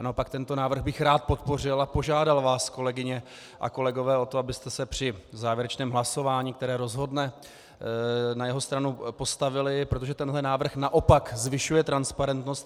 Naopak tento návrh bych rád podpořil a požádal vás, kolegyně a kolegové, o to, abyste se při závěrečném hlasování, které rozhodne, na jeho stranu postavili, protože tenhle návrh naopak zvyšuje transparentnost.